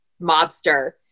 mobster